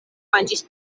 manĝis